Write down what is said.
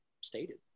stated